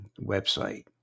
website